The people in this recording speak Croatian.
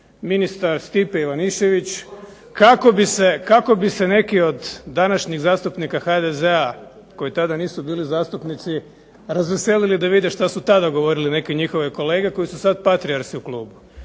ministar Stipe Ivanišević, kako bi se neki od današnjih zastupnika HDZ-a koji tada nisu bili zastupnici, razveselili da vide šta su tada govorili neki njihove kolege, koji su sad patrijarsi u klubu.